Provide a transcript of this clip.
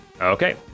okay